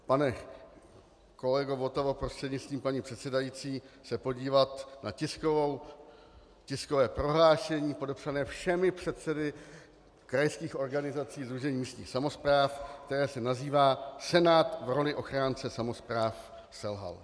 Pane kolego Votavo prostřednictvím paní předsedající, můžete se podívat na tiskové prohlášení podepsané všemi předsedy krajských organizací Sdružení místních samospráv, které se nazývá Senát v roli ochránce samospráv selhal.